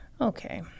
Okay